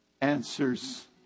answers